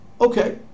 Okay